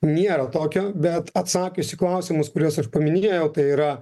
nėra tokio bet atsakius į klausimus kuriuos aš paminėjau tai yra